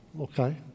Okay